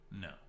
No